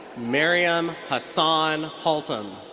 maryam hassan haltam.